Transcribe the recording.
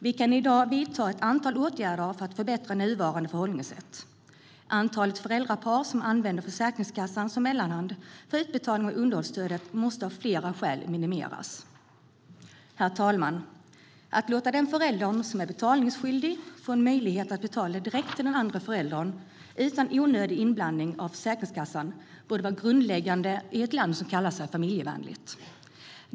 Vi kan i dag vidta ett antal åtgärder för att förbättra nuvarande förhållningssätt. Antalet föräldrapar som använder Försäkringskassan som mellanhand för utbetalning av underhållsstödet måste av flera skäl elimineras. Herr talman! Att låta den förälder som är betalningsskyldig få en möjlighet att betala direkt till den andra föräldern, utan onödig inblandning av Försäkringskassan, borde vara grundläggande i ett land som kallar sig familjevänligt.